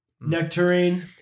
Nectarine